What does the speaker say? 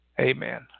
amen